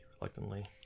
reluctantly